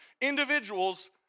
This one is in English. individuals